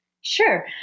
Sure